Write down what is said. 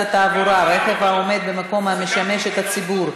התעבורה (רכב העומד במקום המשמש את הציבור),